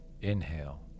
inhale